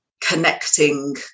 connecting